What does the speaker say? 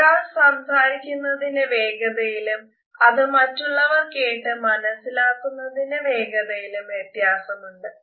ഒരാൾ സംസാരിക്കുന്നതിന്റെ വേഗതയിലും അതു മറ്റുള്ളവർ കേട്ട് മനസ്സിലാക്കുന്നതിന്റെ വേഗതയിലും വ്യത്യാസമുണ്ട്